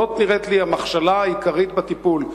זאת נראית לי המכשלה העיקרית בטיפול.